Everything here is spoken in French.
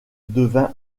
devint